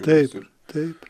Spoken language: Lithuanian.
taip taip